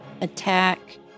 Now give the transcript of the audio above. attack